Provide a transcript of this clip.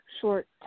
short